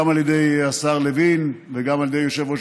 גם על ידי השר לוין וגם על ידי יושב-ראש